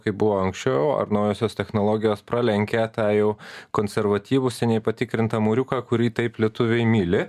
kaip buvo anksčiau ar naujosios technologijos pralenkė tą jau konservatyvų seniai patikrintą mūriuką kurį taip lietuviai myli